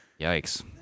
yikes